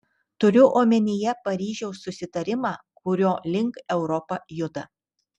turiu omenyje paryžiaus susitarimą kurio link europa juda